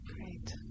Great